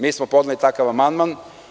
Mi smo podneli takav amandman.